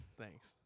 Thanks